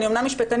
אני אומנם משפטנית,